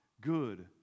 good